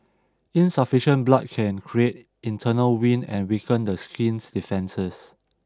insufficient blood can create internal wind and weaken the skin's defences